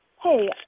hey